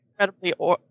Incredibly